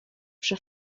przy